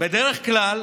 בדרך כלל